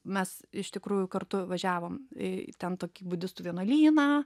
mes iš tikrųjų kartu važiavom į ten tokį budistų vienuolyną